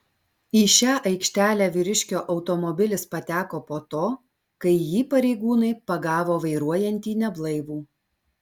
į šią aikštelę vyriškio automobilis pateko po to kai jį pareigūnai pagavo vairuojantį neblaivų